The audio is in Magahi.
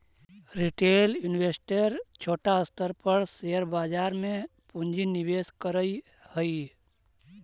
रिटेल इन्वेस्टर छोटा स्तर पर शेयर बाजार में पूंजी निवेश करऽ हई